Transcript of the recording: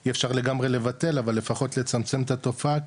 אי אפשר ממש לבטל אבל לפחות לצמצם את התופעה,